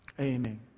Amen